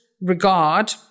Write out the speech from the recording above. regard